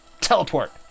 Teleport